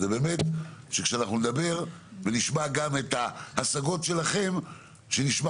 זה באמת שכשאנחנו נדבר ונשמע גם את ההשגות שלכם שנשמע